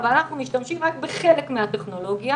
אבל אנחנו משתמשים רק בחלק מהטכנולוגיה.